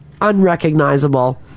Unrecognizable